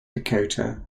dakota